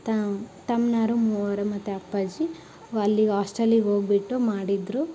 ತಮ್ಮನೋರು ಮೂವರು ಮತ್ತು ಅಪ್ಪಾಜಿ ಅಲ್ಲಿಗೆ ಆಸ್ಟೆಲಿಗೆ ಹೋಗ್ಬಿಟ್ಟು ಮಾಡಿದರು